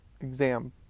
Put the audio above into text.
exam